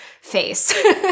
face